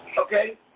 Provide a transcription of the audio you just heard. Okay